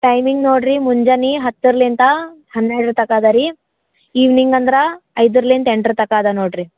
timing ನೋಡ್ರಿ ಮುಂಜಾನೆ ಹತ್ತರ್ಲಿಂದ ಹನ್ನೆರಡು ತನಕ ಅದಾ ರೀ ಇವ್ನಿಂಗ್ ಅಂದ್ರ ಐದ್ರಲಿಂದ ಎಂಟರ ತನಕ ಅದ ನೋಡ್ರಿ